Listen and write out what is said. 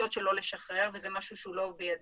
ומחליטות שלא לשחרר, זה משהו שלא בידינו.